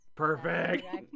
Perfect